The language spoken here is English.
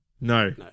No